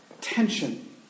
tension